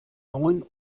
neun